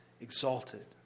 exalted